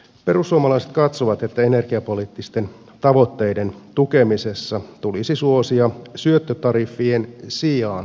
perussuomalaiset katsovat että energiapoliittisten tavoitteiden tukemisessa tulisi suosia syöttötariffien sijaan investointitukia